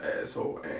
asshole